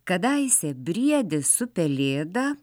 kadaise briedis su pelėda